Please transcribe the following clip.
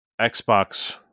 Xbox